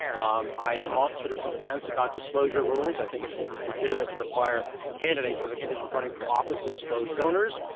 um i am sort of on the fence about disclosure rules. i think it's it's legitimate to require candidates, as a condition of running for office, to disclose donors,